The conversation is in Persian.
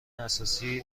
اساسی